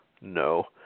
no